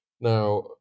Now